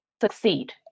succeed